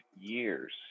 years